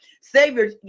Savior